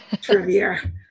trivia